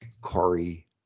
Corey